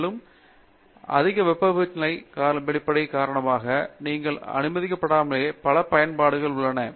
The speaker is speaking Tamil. மேலும் அதிகபட்ச வெப்பநிலைக்கு வெளிப்படையாக இணைப்பிற்கு நீங்கள் அனுமதிக்கப்படாமலே பல பயன்பாடுகள் உள்ளன